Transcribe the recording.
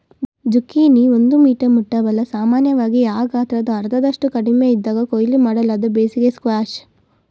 zucchini ಒಂದು metre ಮುಟ್ಟಬಲ್ಲ ಸಾಮಾನ್ಯವಾಗಿ ಆ ಗಾತ್ರದ ಅರ್ಧದಷ್ಟು ಕಡಿಮೆಯಿದ್ದಾಗ ಕೊಯ್ಲು ಮಾಡಲಾದ ಬೇಸಿಗೆ ಸ್ಕ್ವಾಷ್